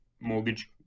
mortgage